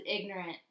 ignorant